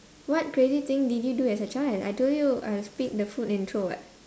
what crazy thing did you do as a child I told you I'll spit the food and throw [what]